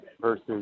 versus